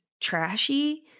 trashy